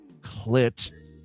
clit